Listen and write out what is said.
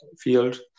field